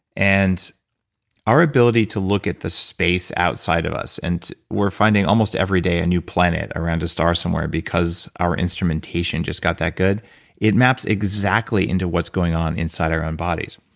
and our ability to look at the space outside of us and we're finding almost every day a new planet around a star somewhere because of instrumentation just got that good it maps exactly into what's going on inside our own bodies.